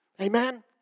Amen